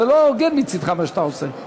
זה לא הוגן מצדך, מה שאתה עושה.